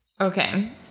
okay